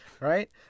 right